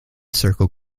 circle